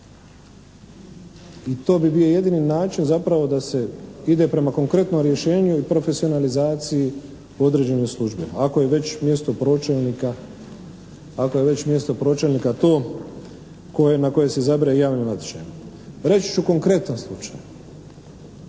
i to bi bio jedini način zapravo da se ide prema konkretnom rješenju i profesionalizaciji određene službe, ako je već mjesto pročelnika to koje, na koje se izabire javnim natječajem. Reći ću konkretan slučaj.